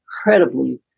incredibly